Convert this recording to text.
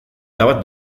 erabat